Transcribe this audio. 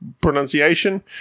pronunciation